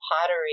pottery